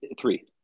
Three